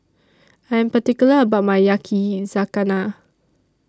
I'm particular about My Yakizakana